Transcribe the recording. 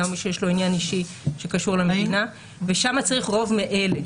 או מי שיש לו עניין אישי שקשור למדינה ושם צריך רוב מאלה.